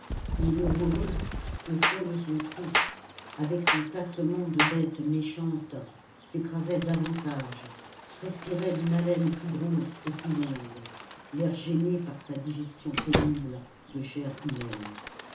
et le voreux au fond de son trou avec son tassement de bête méchante s'écrasait davantage respirait d'une haleine plus grosse et plus longue l'air gêné par sa digestion pénible de chair humaine